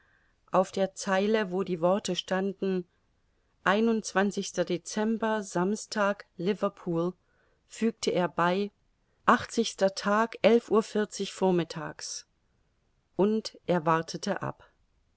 auf der zeile wo die worte standen ein dezember samstag liverpool fügte er bei tag uhr vormittags und er wartete ab